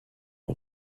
des